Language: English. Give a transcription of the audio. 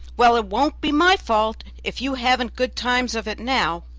well, it won't be my fault if you haven't good times of it now.